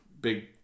big